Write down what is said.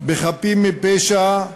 בחפים מפשע,